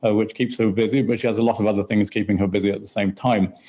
ah which keeps her busy but she has a lot of other things keeping her busy at the same time.